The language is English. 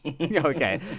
Okay